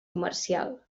comercial